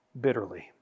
bitterly